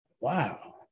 Wow